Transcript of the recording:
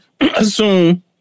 assume